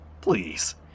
Please